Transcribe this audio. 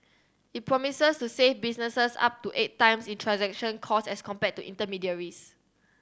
it promises to save businesses up to eight times in transaction costs as compared to intermediaries